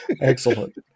Excellent